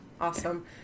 awesome